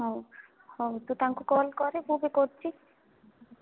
ହୋଉ ହୋଉ ତୁ ତାଙ୍କୁ କଲ୍ କରିବୁ ବି କରୁଛି